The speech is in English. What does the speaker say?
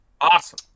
awesome